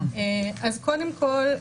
אז קודם כל,